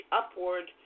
upward